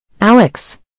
Alex